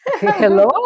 hello